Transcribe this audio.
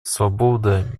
свобода